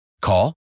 Call